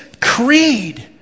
creed